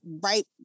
right